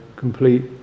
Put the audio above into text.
Complete